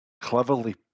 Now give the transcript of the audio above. cleverly